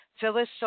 Phyllis